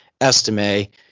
Estimate